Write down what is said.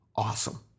awesome